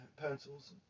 pencils